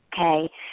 Okay